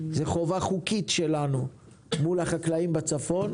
הם חובה חוקית שלנו מול החקלאים בצפון